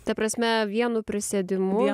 ta prasme vienu prisėdimu